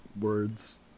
Words